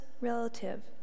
relative